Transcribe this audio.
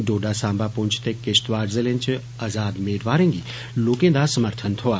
डोडा साम्बा पुछ ते किश्तवाड़ जिलें च आज़ाद मेदवारें गी लोकें दा समर्थन थ्होआ